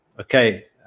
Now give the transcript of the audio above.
Okay